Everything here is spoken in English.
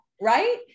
right